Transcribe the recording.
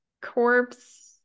corpse